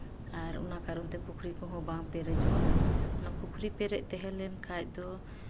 ᱟᱨ ᱚᱱᱟ ᱠᱟᱨᱚᱱ ᱛᱮ ᱯᱩᱠᱷᱨᱤ ᱠᱚᱦᱚᱸ ᱵᱟᱝ ᱯᱮᱨᱮᱡᱚᱜᱼᱟ ᱚᱱᱟ ᱯᱩᱠᱷᱨᱤ ᱯᱮᱨᱮᱡ ᱛᱟᱦᱮᱸ ᱞᱮᱱᱠᱷᱟᱡ ᱫᱚ